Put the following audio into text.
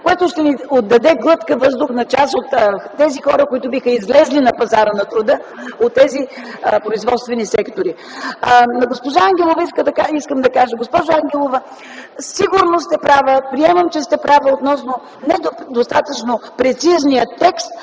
Това ще даде глътка въздух на част от хората, които биха излезли на пазара на труда от тези производствени сектори. На госпожа Ангелова искам да кажа: госпожо Ангелова, сигурно сте права, приемам, че сте права относно недостатъчно прецизния текст,